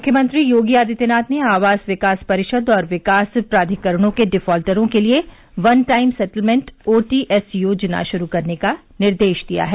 मुख्यमंत्री योगी आदित्यनाथ ने आवास विकास परिषद् और विकास प्राधिकरणों के डिफॉल्टरों के लिए वन टाइम सेटलमेन्ट ओटीएस योजना शुरू करने का निर्देश दिया है